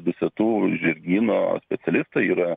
dusetų žirgyno specialistai yra